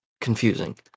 confusing